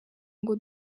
ngo